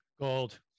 Gold